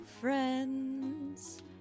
friends